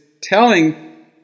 telling